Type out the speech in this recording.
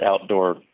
outdoor